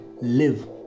live